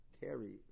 carry